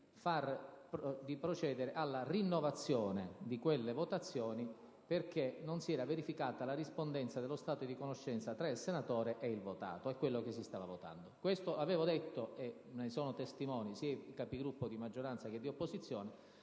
di procedere alla rinnovazione di quelle votazioni, perché non si era verificata la rispondenza dello stato di conoscenza tra il senatore e quello che si stava votando. Questo avevo detto, e ne sono testimoni sia i Capigruppo di maggioranza che di opposizione,